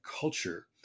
culture